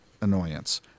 annoyance